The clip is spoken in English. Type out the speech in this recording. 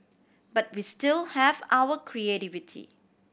but we still have our creativity